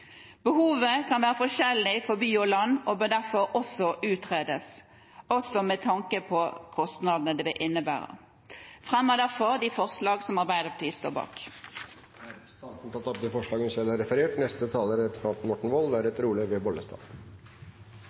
Behovet kan være forskjellig for by og land og bør derfor utredes, også med tanke på kostnadene det vil innebære. Jeg fremmer de forslag som Arbeiderpartiet står bak. Representanten Ruth Grung har tatt opp de forslag hun refererte til. Når det er akutt, når det står om liv, da er